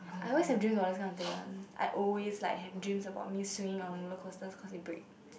I always have dreams about this kind of thing one I always like have dreams about me swinging on roller coasters cause it break